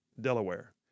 Delaware